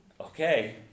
Okay